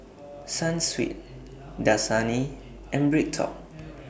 Sunsweet Dasani and BreadTalk